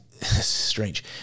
strange